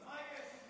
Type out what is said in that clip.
אז מה יהיה?